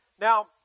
Now